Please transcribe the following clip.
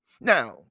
now